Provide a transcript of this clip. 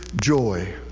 joy